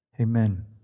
Amen